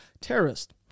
terrorist